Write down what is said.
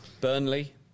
Burnley